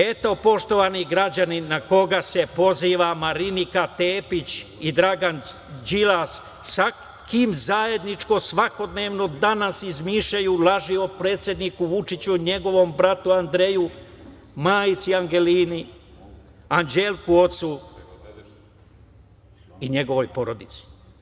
Eto, poštovani građani, na koga se poziva Marinika Tepić i Dragan Đilas, sa kim zajednički svakodnevno danas izmišljaju laži o predsedniku Vučiću i njegovom bratu Andreju, majici Angelini, Anđelku ocu i njegovoj porodici.